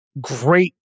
great